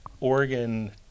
Oregon